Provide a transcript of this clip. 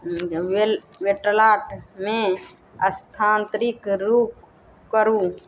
वेल वालेटमे करू